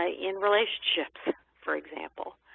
ah in relationship for example.